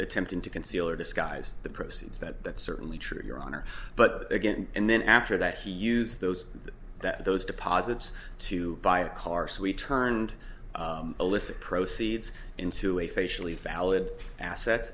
attempting to conceal or disguise the proceeds that that's certainly true your honor but again and then after that he used those that those deposits to buy a car so he turned illicit proceeds into a facially valid asset